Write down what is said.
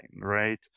right